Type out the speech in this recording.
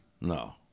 no